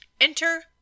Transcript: enter